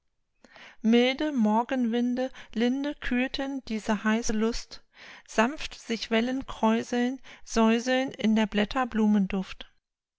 milde morgenwinde linde kühlten diese heiße lust sanft sich wellen kräuseln säuseln in der